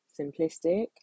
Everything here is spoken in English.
simplistic